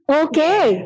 okay